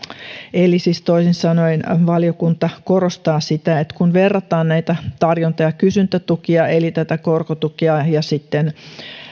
eli toisin sanoen valiokunta korostaa sitä että kun verrataan näitä tarjonta ja kysyntätukia eli tätä korkotukea ja sitten